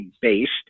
based